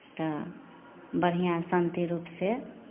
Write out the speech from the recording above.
तऽ बढ़िआँ शान्ति रूपसँ